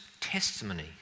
testimony